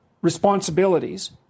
responsibilities